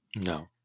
No